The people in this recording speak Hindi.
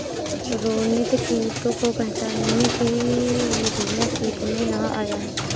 रोनित कीटों को पहचानने की विधियाँ सीखने यहाँ आया है